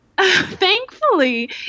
thankfully